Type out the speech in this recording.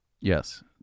Yes